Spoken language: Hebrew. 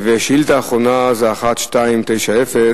שאילתא אחרונה, 1290,